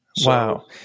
Wow